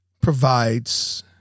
provides